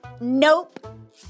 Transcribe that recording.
Nope